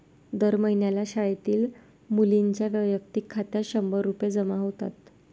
दर महिन्याला शाळेतील मुलींच्या वैयक्तिक खात्यात शंभर रुपये जमा होतात